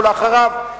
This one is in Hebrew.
ואחריו,